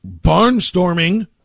barnstorming